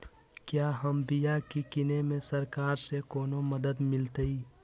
क्या हम बिया की किने में सरकार से कोनो मदद मिलतई?